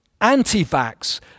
anti-vax